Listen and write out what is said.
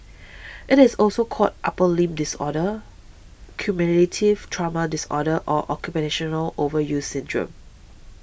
it is also called upper limb disorder cumulative trauma disorder or occupational overuse syndrome